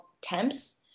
Temps